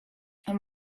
and